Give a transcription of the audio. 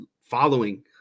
following